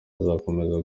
azakomeza